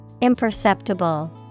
Imperceptible